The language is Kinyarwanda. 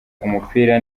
umupira